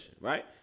right